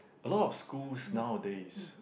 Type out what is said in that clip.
a lot of schools nowadays